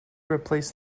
replace